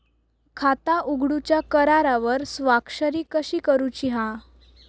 खाता उघडूच्या करारावर स्वाक्षरी कशी करूची हा?